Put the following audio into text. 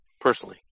personally